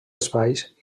espais